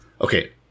Okay